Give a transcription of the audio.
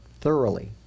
thoroughly